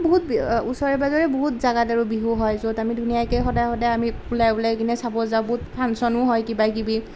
বহুত ওচৰে পাঁজৰে বহুত জেগাত আৰু বহুত বিহু হয় য'ত আমি ধুনীয়াকৈ সদায় সদায় আমি ওলাই ওলাই কিনে চাব যাওঁ বহুত ফাংচনো হয় কিবা কিবি